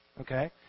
okay